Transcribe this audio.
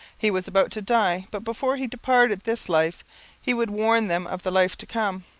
he was about to die, but before he departed this life he would warn them of the life to come.